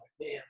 man